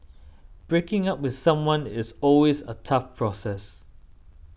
breaking up with someone is always a tough process